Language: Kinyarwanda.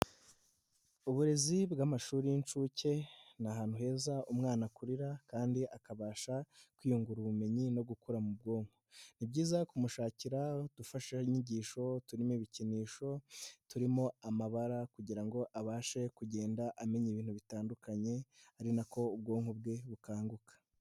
Uburezi bw'amashuri y'incuke, ni ahantu heza umwana akurira kandi akabasha kwiyungura ubumenyi no gukora mu bwonko. Ni byiza kumushakira udufashayigisho, turimo ibikinisho, turimo amabara kugira ngo abashe kugenda amenya ibintu bitandukanye, ari nako ubwonko bwe bukanguka.